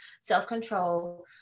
self-control